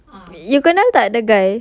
you kenal tak the guy